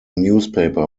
newspaper